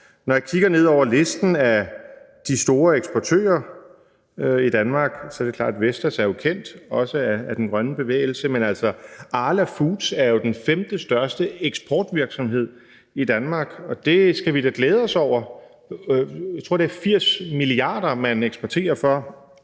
Når jeg kigger ned over listen over de store eksportører i Danmark, er det klart, at Vestas er kendt, også af den grønne bevægelse, men Arla Food er den femtestørste eksportvirksomhed i Danmark. Det skal vi da glæde os over. Jeg tror, at man eksporterer for